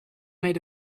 made